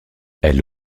elle